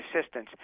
assistance